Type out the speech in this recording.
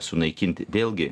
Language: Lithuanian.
sunaikinti vėlgi